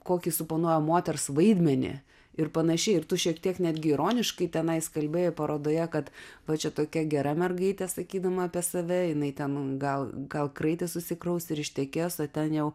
kokį suponuoja moters vaidmenį ir panašiai ir tu šiek tiek netgi ironiškai tenai kalbėjai parodoje kad va čia tokia gera mergaitė sakydama apie save jinai ten gal gal kraitį susikraus ir ištekės o ten jau